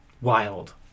wild